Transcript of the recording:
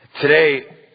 Today